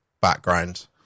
background